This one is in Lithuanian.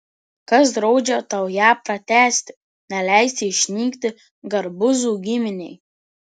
kas draudžia tau ją pratęsti neleisti išnykti garbuzų giminei